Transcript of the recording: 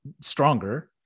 stronger